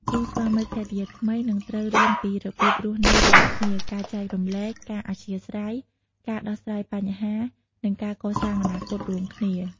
គូស្វាមីភរិយាថ្មីនឹងត្រូវរៀនពីរបៀបរស់នៅរួមគ្នា ការចែករំលែក ការអធ្យាស្រ័យ ការដោះស្រាយបញ្ហា និងការកសាងអនាគតរួមគ្នា។